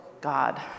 God